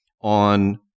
on